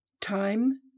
Time